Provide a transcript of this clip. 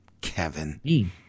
Kevin